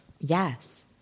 yes